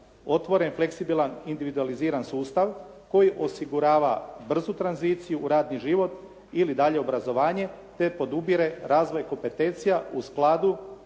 otvoren, fleksibilan, individualiziran sustav koji osigurava brzu tranziciju u radni život ili dalje obrazovanje, te podupire razvoj kompetencija u skladu